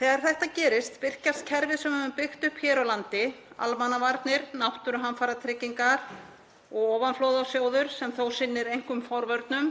Þegar þetta gerist virkjast kerfin sem við höfum byggt upp hér á landi; almannavarnir, náttúruhamfaratryggingar og ofanflóðasjóður, sem þó sinnir einkum forvörnum.